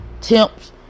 temps